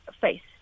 faced